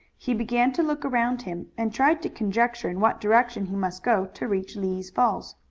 he began to look around him and tried to conjecture in what direction he must go to reach lee's falls.